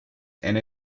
and